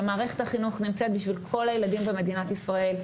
שמערכת החינוך נמצאת בשביל כל הילדים במדינת ישראל.